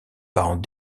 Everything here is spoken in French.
parents